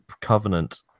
Covenant